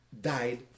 died